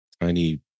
Tiny